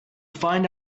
find